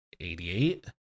88